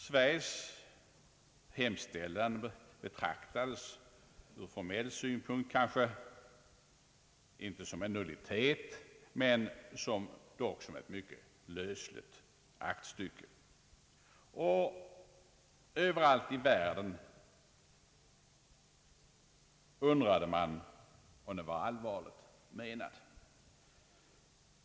Sveriges hemställan betraktades ur formell synpunkt kanske inte som en nullitet men dock som ett mycket lösligt aktstycke. Överallt ute i världen undrade man om vår ansökan var allvarligt menad.